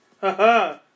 haha